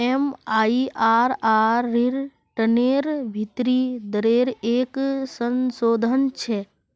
MIRR रिटर्नेर भीतरी दरेर एक संशोधन छे